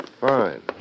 Fine